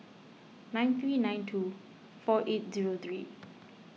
nine three nine two four eight zero three